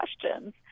questions